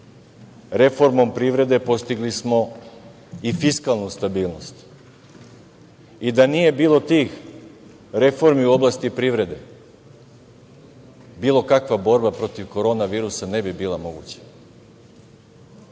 Reformom privrede postigli smo i fiskalnu stabilnost i da nije bilo tih reformi u oblasti privrede bilo kakva borba protiv Korona virusa ne bi bila moguća.